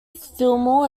fillmore